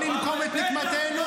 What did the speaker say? לא ננקום את נקמתנו?